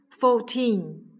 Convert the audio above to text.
fourteen